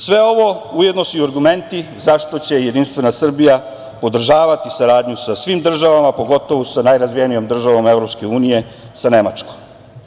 Sve ovo ujedno su i argumenti zašto će JS podržavati saradnju sa svim državama, pogotovo sa najrazvijenijom državom EU, sa Nemačkom.